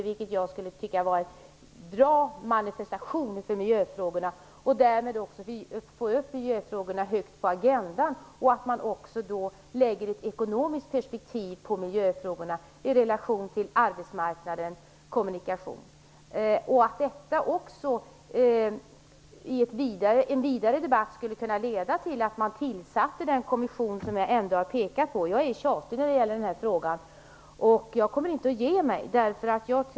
Det tycker jag skulle vara bra som en manifestation för miljöfrågorna och därmed också för att få upp miljöfrågorna högt på agendan. Man skulle då också lägga ett ekonomiskt perspektiv på miljöfrågorna i relation till arbetsmarknad och kommunikation. Detta skulle också, i en vidare debatt, kunna leda till att man tillsatte den kommission som jag har pekat på. Jag är tjatig när det gäller den här frågan, och jag kommer inte att ge mig.